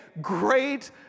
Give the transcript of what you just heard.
great